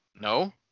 No